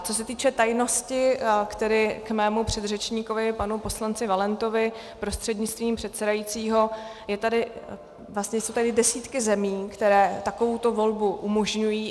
Co se týče tajnosti, tedy k mému předřečníkovi panu poslanci Valentovi prostřednictvím předsedajícího, jsou tady vlastně desítky zemí, které takovouto volbu umožňují.